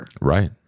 Right